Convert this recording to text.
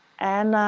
and.